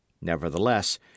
Nevertheless